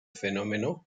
fenómeno